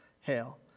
hail